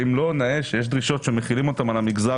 האם לא נאה שיש דרישות שמחילים אותן על המגזר